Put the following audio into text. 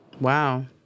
wow